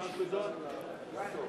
התשע"ב 2011, נתקבל.